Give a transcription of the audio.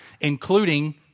including